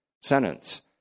sentence